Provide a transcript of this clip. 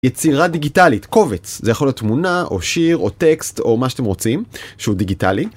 יצירה דיגיטלית, קובץ, זה יכול להיות תמונה, או שיר, או טקסט, או מה שאתם רוצים שהוא דיגיטלי.